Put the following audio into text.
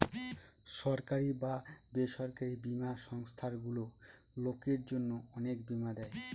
সরকারি বা বেসরকারি বীমা সংস্থারগুলো লোকের জন্য অনেক বীমা দেয়